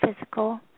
Physical